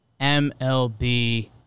MLB